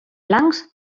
blancs